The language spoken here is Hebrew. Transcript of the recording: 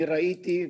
אני ראיתי,